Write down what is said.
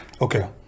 okay